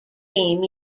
team